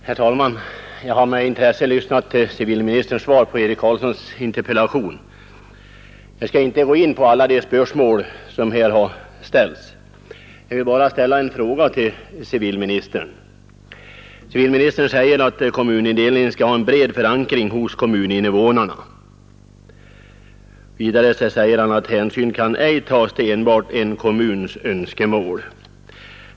Herr talman! Jag har med intresse lyssnat till civilministerns svar på herr Eric Carlssons interpellation. Jag skall inte gå in på alla de spörsmål som här ställts. Jag vill bara ställa en fråga till civilministern. Civilministern säger att kommunindelningen skall ha en bred förankring hos kommuninvånarna. Vidare säger han att hänsyn ej kan tas till enbart en kommuns önskemål.